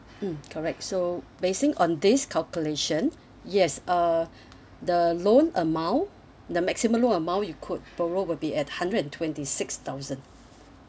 mmhmm correct so basing on this calculation yes uh the loan amount the maximum loan amount you could borrow will be at hundred and twenty six thousand